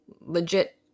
Legit